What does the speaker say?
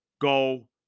go